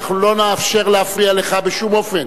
אנחנו לא נאפשר להפריע לך בשום אופן,